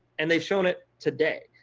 and they've shown it today.